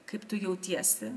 kaip tu jautiesi